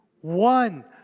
one